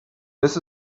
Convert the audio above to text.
this